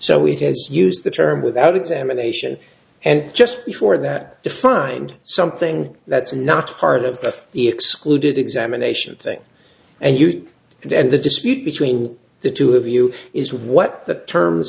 so we use the term without examination and just before that to find something that's not part of the excluded examination thing and used it and the dispute between the two of you is what the terms